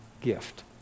gift